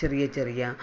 ചെറിയ ചെറിയ